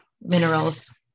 minerals